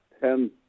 ten